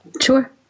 Sure